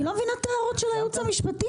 אני לא מבינה את ההערות של היועץ המשפטי.